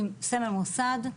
עם סמל מוסד,